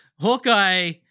Hawkeye